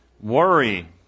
Worry